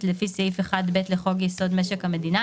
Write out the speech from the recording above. לפי סעיף 1(ב) לחוק יסוד: משק המדינה,